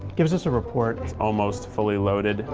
gives us a report. it's almost fully loaded,